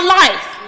life